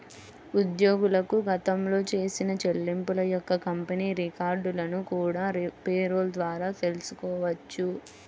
ఉద్యోగులకు గతంలో చేసిన చెల్లింపుల యొక్క కంపెనీ రికార్డులను కూడా పేరోల్ ద్వారా తెల్సుకోవచ్చు